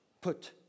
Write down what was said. put